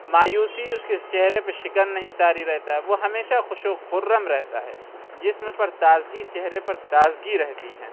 مایوسی اُس کے چہرے پہ شکن نہیں طاری رہتا ہے وہ ہمیشہ خوش و خرم رہتا ہے جسم پر تازگی چہرے پر تازگی رہتی ہیں